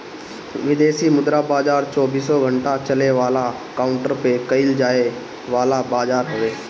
विदेशी मुद्रा बाजार चौबीसो घंटा चले वाला काउंटर पे कईल जाए वाला बाजार हवे